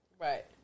Right